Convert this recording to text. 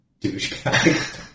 douchebag